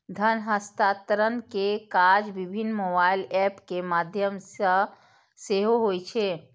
धन हस्तांतरण के काज विभिन्न मोबाइल एप के माध्यम सं सेहो होइ छै